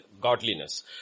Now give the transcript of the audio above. godliness